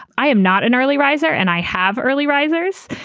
i am not an early riser and i have early risers.